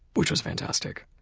which was fantastic.